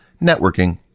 networking